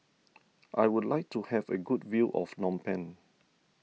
I would like to have a good view of Phnom Penh